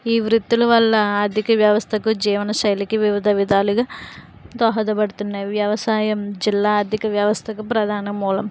ఈ వృత్తుల వల్ల ఆర్థిక వ్యవస్థకు జీవనశైలికి వివిధ విధాలుగా దోహదపడుతున్నవి వ్యవసాయం జిల్లా ఆర్థిక వ్యవస్థకు ప్రధాన మూలం